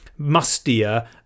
mustier